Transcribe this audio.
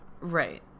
Right